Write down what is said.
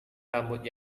rambut